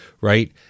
right